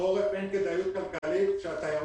בחורף אין כדאיות כלכלית כשהתיירות